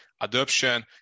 adoption